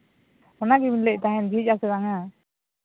ᱚᱱᱟ ᱜᱮᱵᱤᱱ ᱞᱟᱹᱭᱮᱫ ᱛᱟᱦᱮᱱ ᱡᱷᱤᱡ ᱟᱥᱮ ᱵᱟᱝᱼᱟ